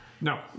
No